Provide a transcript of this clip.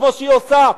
כמו שהיא עושה,